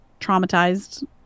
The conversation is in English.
traumatized